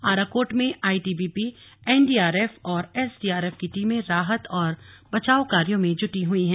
आराकोट में ITBP NDRF और SDRF की टीमें राहत और बचाव कार्यो में जुटी हुई हैं